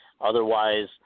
Otherwise